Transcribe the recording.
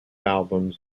albums